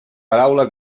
paraula